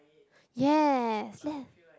yes yes